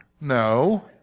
No